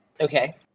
Okay